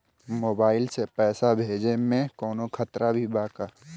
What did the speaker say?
Mobile से पैसा भेजे मे कौनों खतरा भी बा का?